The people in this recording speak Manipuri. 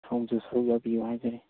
ꯁꯣꯝꯁꯨ ꯁꯔꯨꯛ ꯌꯥꯕꯤꯌꯣ ꯍꯥꯏꯖꯔꯤ